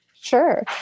Sure